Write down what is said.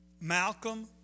Malcolm